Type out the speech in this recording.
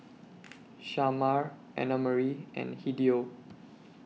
Shamar Annamarie and Hideo